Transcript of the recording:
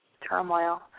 Turmoil